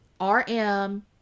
RM